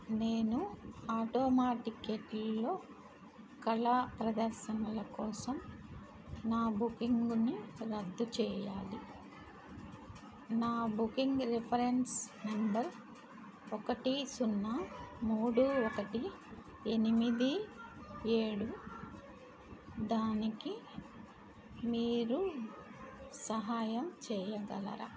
నేను ఆటోమా టిక్కెట్లలో కళా ప్రదర్శనల కోసం నా బుకింగ్ని రద్దు చేయాలి నా బుకింగ్ రిఫరెన్స్ నెంబర్ ఒకటి సున్నా మూడు ఒకటి ఎనిమిది ఏడు దానికి మీరు సహాయం చేయగలరా